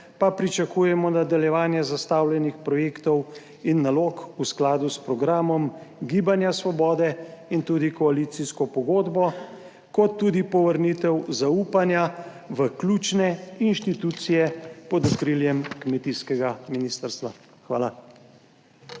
pa pričakujemo nadaljevanje zastavljenih projektov in nalog v skladu s programom gibanja svobode in tudi koalicijsko pogodbo, kot tudi povrnitev zaupanja v ključne inštitucije pod okriljem kmetijskega ministrstva. Hvala.